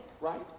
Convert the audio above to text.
right